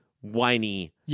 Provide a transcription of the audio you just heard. whiny